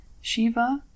Shiva